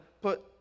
put